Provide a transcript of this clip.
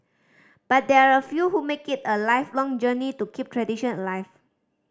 but there are a few who make it a lifelong journey to keep tradition alive